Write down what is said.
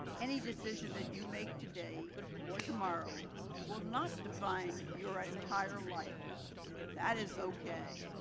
any decision that you make today or tomorrow will not define your ah entire life and that is okay.